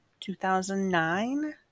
2009